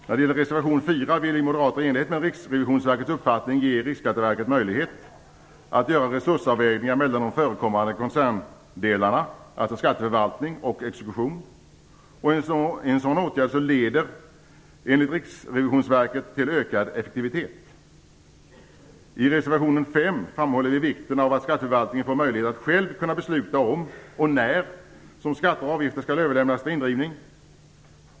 När det gäller reservation 4 vill vi moderater i enlighet med Riksrevisionsverkets uppfattning ge Riksskatteverket möjlighet att göra resursavvägningar mellan de förekommande koncerndelarna, skatteförvaltning och exekution. En sådan åtgärd leder enligt I reservation 5 framhåller vi vikten av att skatteförvaltningen får möjlighet att själv kunna fatta beslut om och när skatter och avgifter skall överlämnas för indrivning.